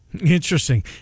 Interesting